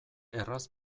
erraz